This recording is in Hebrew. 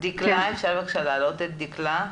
אפשר לדבר?